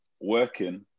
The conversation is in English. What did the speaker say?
working